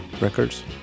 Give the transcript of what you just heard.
records